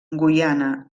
guyana